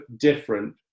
different